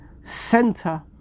center